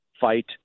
Fight